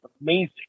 amazing